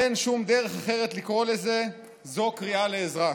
אין שום דרך אחרת לקרוא לזה, זו קריאה לעזרה.